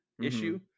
issue